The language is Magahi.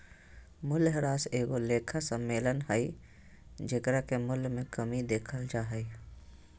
मूल्यह्रास एगो लेखा सम्मेलन हइ जेकरा से मूल्य मे कमी देखल जा हइ